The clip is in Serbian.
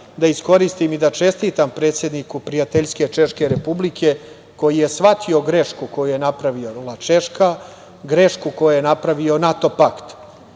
da iskoristim i da čestitam predsedniku prijateljske Češke Republike, koji je shvatio grešku koju je napravila Češka, grešku koju je napravio NATO pakt. Češka